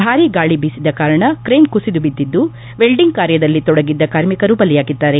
ಭಾರೀ ಗಾಳಿ ಬೀಸಿದ ಕಾರಣ ಕ್ರೇನ್ ಕುಸಿದು ಬಿದ್ದಿದ್ದು ವೆಲ್ನಿಂಗ್ ಕಾರ್ಯದಲ್ಲಿ ತೊಡಗಿದ್ದ ಕಾರ್ಮಿಕರು ಬಲಿಯಾಗಿದ್ದಾರೆ